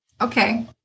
Okay